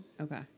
Okay